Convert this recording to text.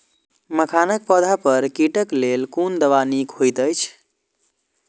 मखानक पौधा पर कीटक लेल कोन दवा निक होयत अछि?